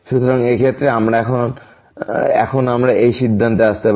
সুতরাং এই ক্ষেত্রে এখন আমরা এই সিদ্ধান্তে আসতে পারি